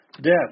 death